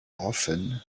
often